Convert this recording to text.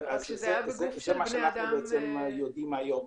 זה מה שאנחנו יודעים היום.